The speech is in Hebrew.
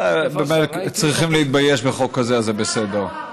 ממילא צריכים להתבייש בחוק הזה, אז זה בסדר.